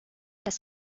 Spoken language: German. des